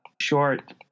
short